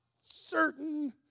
certain